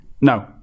no